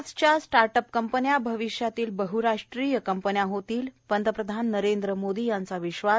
आजच्या स्टार्टअप कंपन्या भविष्यातील बहराष्ट्रीय कंपन्या होतील पंतप्रधान नरेंद्र मोदी यांचा विश्वास